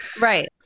Right